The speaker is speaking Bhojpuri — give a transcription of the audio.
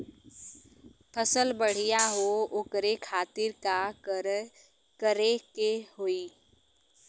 फसल बढ़ियां हो ओकरे खातिर का करे के होई?